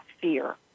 fear